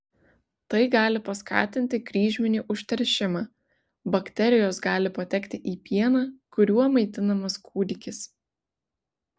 tai gali paskatinti kryžminį užteršimą bakterijos gali patekti į pieną kuriuo maitinamas kūdikis